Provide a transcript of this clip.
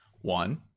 One